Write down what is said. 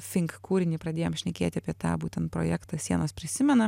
fink kūrinį pradėjom šnekėti apie tą būtent projektą sienos prisimena